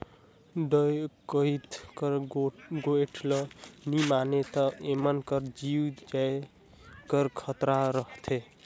डकइत कर गोएठ ल नी मानें ता एमन कर जीव जाए कर खतरा रहथे